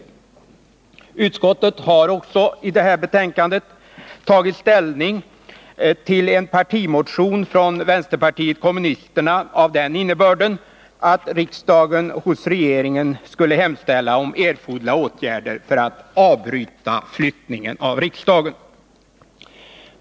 Utskottet har också i detta betänkande tagit ställning till en partimotion från vänsterpartiet kommunisterna med innebörden att riksdagen hos regeringen hemställer om erforderliga åtgärder för att avbryta flyttningen av riksdagen.